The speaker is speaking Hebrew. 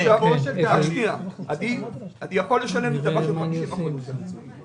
אני יכול לשלם מקדמה של 50% שבעוד